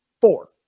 Four